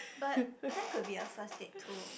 but that could be your first date too but